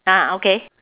ha okay